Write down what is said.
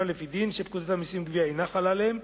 לפי דין ופקודת המסים (גבייה) אינה חלה עליהם,